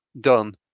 done